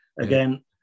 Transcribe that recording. Again